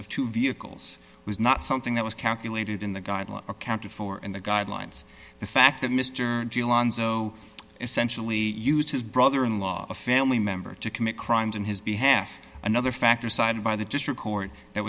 of two vehicles was not something that was calculated in the guidelines accounted for in the guidelines the fact that mr alonzo essentially used his brother in law a family member to commit crimes on his behalf another factor cited by the district court that